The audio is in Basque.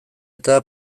eta